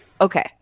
Okay